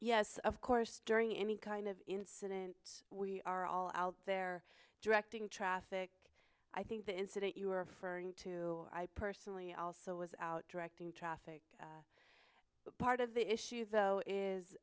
yes of course during any kind of incident we are all out there directing traffic i think the incident you are trying to i personally also without directing traffic part of the issue though is